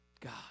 God